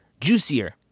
juicier